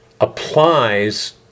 applies